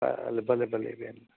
હાં ભલે ભલે